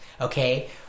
Okay